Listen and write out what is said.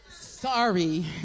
Sorry